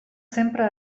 sempre